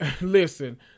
Listen